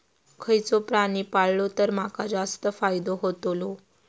खयचो प्राणी पाळलो तर माका जास्त फायदो होतोलो?